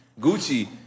Gucci